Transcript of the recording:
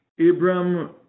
Abraham